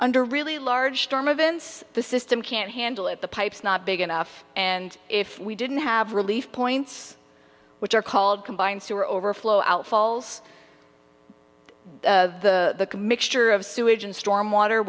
under really large storm of vince the system can't handle it the pipes not big enough and if we didn't have relief points which are called combined sewer overflow outfalls the mixture of sewage and storm water